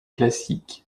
classique